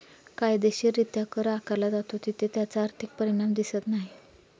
कायदेशीररित्या कर आकारला जातो तिथे त्याचा आर्थिक परिणाम दिसत नाही